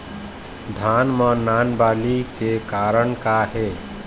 धान म नान बाली के का कारण हे?